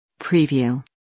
Preview